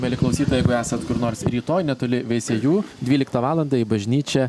mieli klausytojai jeigu esat kur nors rytoj netoli veisiejų dvyliktą valandą į bažnyčią